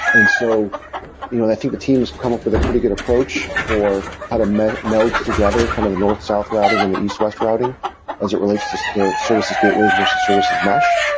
and so you know i think the team has come up with a pretty good approach for how to meld together kind of the north south routing and the east-west routing as it relates to so to services gateways versus services mesh.